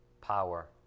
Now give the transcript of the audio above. Power